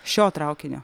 šio traukinio